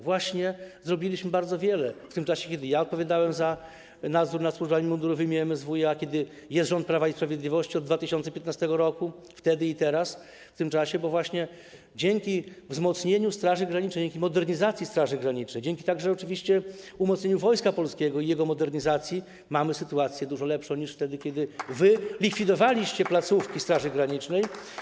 Właśnie zrobiliśmy bardzo wiele: w tym czasie, kiedy ja odpowiadałem za nadzór nad służbami mundurowymi MSWiA, kiedy jest rząd Prawa i Sprawiedliwości od 2015 r., wtedy i teraz w tym czasie, bo właśnie dzięki zarówno wzmocnieniu Straży Granicznej, jak i modernizacji Straży Granicznej, a także oczywiście dzięki umocnieniu Wojska Polskiego i jego modernizacji mamy sytuację dużo lepszą niż wtedy, kiedy wy likwidowaliście placówki Straży Granicznej.